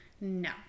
No